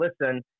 listen